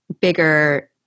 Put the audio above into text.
bigger